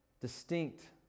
distinct